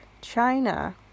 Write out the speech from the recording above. China